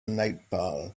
nightfall